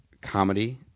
comedy